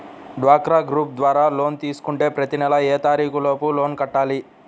డ్వాక్రా గ్రూప్ ద్వారా లోన్ తీసుకుంటే ప్రతి నెల ఏ తారీకు లోపు లోన్ కట్టాలి?